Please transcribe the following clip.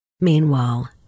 Meanwhile